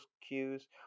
cues